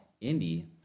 Indy